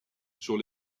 sur